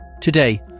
Today